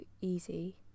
easy